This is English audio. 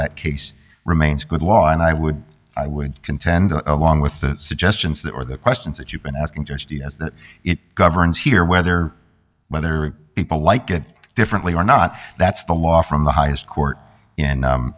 that case remains good law and i would i would contend along with the suggestions that or the questions that you've been asking your city has that it governs here whether whether people like it differently or not that's the law from the highest court in